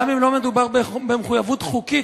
גם אם לא מדובר במחויבות חוקית,